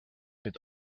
mit